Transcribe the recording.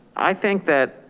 i think that